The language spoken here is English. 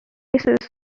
races